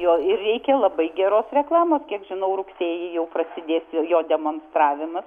jo ir reikia labai geros reklamos kiek žinau rugsėjį jau prasidės jo demonstravimas